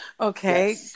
Okay